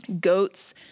goats